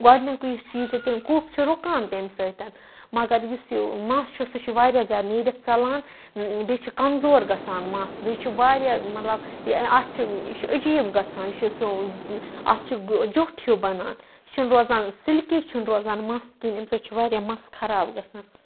گۄڈٕنکٕے یُس چیٖز چھُ کُف چھُ رُکان تمہِ سۭتۍ مگر یُس یہِ مَس چھُ سُہ چھُ واریاہ زیادٕ نیٖرِتھ ژَلان بیٚیہِ چھ کَمزور گَژھان مَس بیٚیہِ چھُ واریاہ مَطلَب اَتھ چھُ یہِ چھُ عجیٖب گَژھان یہِ چھُ سُہ اتھ چھُ جوٚٹھ ہیٚو بَنان یہِ چھُنہٕ روزان سِلکی چھُنہٕ روزان مَس کِہِیٖنۍ امہ سۭتۍ چھُ واریاہ مَس خَراب گَژھان